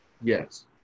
Yes